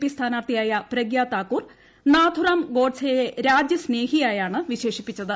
P സ്ഥാനാർത്ഥിയായ പ്രഗൃ താക്കൂർ നാഥുറാം ഗോഡ്സെയെ രാജൃസ്നേഹിയായാണ് വിശേഷിപ്പിച്ചത്